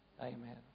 Amen